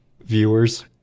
Viewers